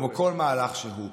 כמו כל מהלך שהוא.